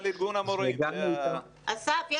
אסף,